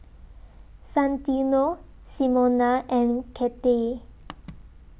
Santino Simona and Cathey